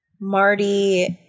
Marty